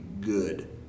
good